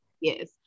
Yes